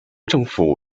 政府